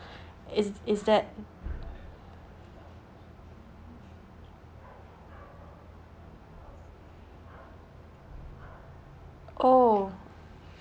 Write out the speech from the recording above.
is is that oh